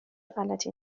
غلطی